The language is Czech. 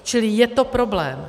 Čili je to problém.